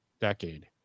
decade